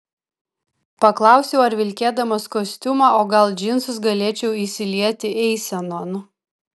paklausiau ar vilkėdamas kostiumą o gal džinsus galėčiau įsilieti eisenon